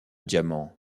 diamants